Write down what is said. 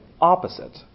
opposite